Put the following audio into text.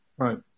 Right